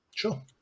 Sure